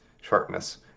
sharpness